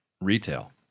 retail